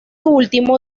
último